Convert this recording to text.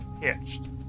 pitched